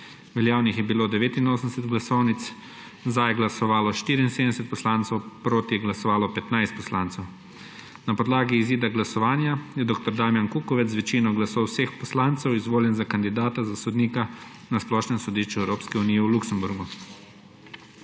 Veljavnih je bilo 89 glasovnic, za je glasovalo 74 poslancev proti je glasovalo 15 poslancev. Na podlagi izida glasovanja je dr. Damjan Kukovec z večino glasov vseh poslancev izvoljen za kandidata za sodnika na Splošnem sodišču Evropske unije v Luksemburgu.